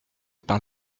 par